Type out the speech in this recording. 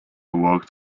worked